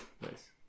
Nice